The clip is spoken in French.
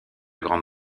grande